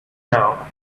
now